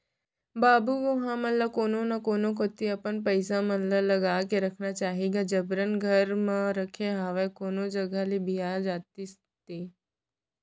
बाबू गो हमन ल कोनो न कोनो कोती अपन पइसा मन ल लगा के रखना चाही गा जबरन के घर म रखे हवय कोनो जघा ले बियाज आतिस ते